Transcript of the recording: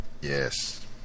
Yes